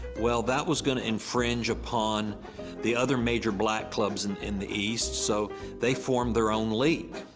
well, that was gonna infringe upon the other major black clubs and in the east. so they formed their own league.